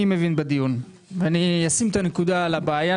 מבין בדיון ואני אשים את הנקודה על הבעיה.